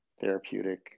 therapeutic